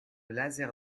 laser